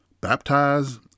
baptize